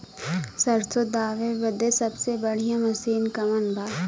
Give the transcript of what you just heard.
सरसों दावे बदे सबसे बढ़ियां मसिन कवन बा?